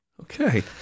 Okay